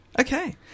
Okay